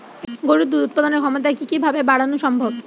গরুর দুধ উৎপাদনের ক্ষমতা কি কি ভাবে বাড়ানো সম্ভব?